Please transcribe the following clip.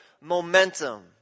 momentum